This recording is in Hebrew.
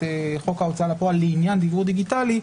חוק ההוצאה לפועל לעניין דיוור דיגיטלי,